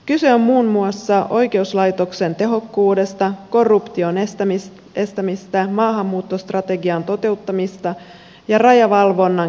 kyse on muun muassa oikeuslaitoksen tehokkuudesta korruption estämisestä maahanmuuttostrategian toteuttamisesta ja rajavalvonnan kehittämisestä